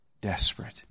desperate